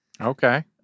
Okay